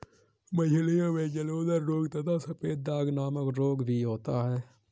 मछलियों में जलोदर रोग तथा सफेद दाग नामक रोग भी होता है